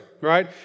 right